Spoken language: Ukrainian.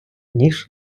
ніж